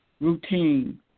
routine